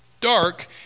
dark